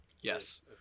Yes